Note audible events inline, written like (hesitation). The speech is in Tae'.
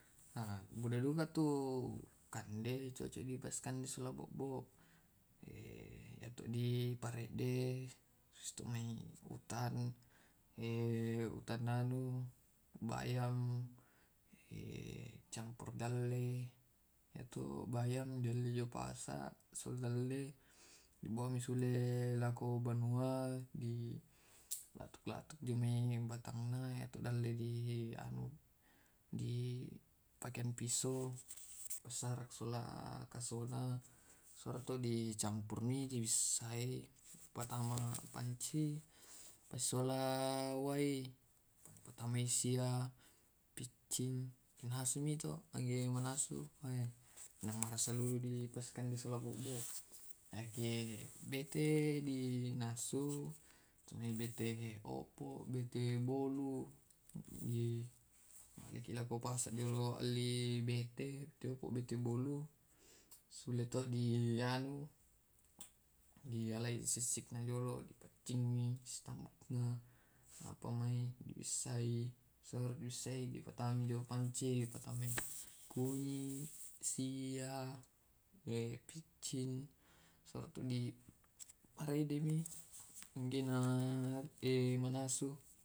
Iyato kande kande marasa di pasolanninutan utan kampung ratan siola ka dipalwkkoi bale te anu apate dipassolangan bobbo na marasa mua na mandeki massuna si balena, baru marasa bale tunu, anu bale bale pa kosa bale mujair siola manu tunu manu potong siola brperas mane di bale goreng iyate manyamnag dipoila itumis wai siola. (hesitation)